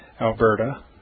Alberta